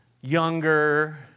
younger